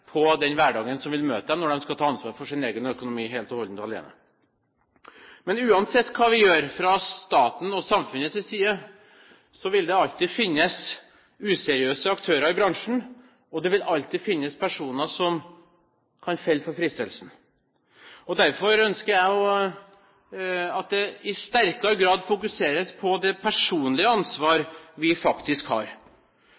på den hverdagen de vil møte når de skal ta ansvaret for egen økonomi helt og holdent alene. Men uansett hva vi gjør fra statens og samfunnets side, vil det alltid finnes useriøse aktører i bransjen, og det vil alltid finnes personer som kan falle for fristelsen. Derfor ønsker jeg at det i sterkere grad fokuseres på det personlige ansvaret vi faktisk har, og da særlig på foreldrenes ansvar.